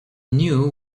knew